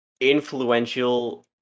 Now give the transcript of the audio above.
Influential